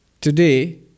Today